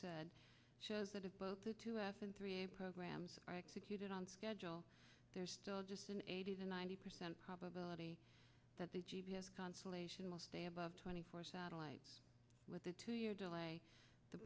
said shows that have both the two s and three aid programs are executed on schedule there's still just an eighty to ninety percent probability that the g p s consolation will stay above twenty four satellites with a two year delay the